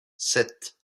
sept